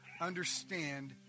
understand